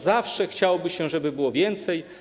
Zawsze chciałoby się, żeby było ich więcej.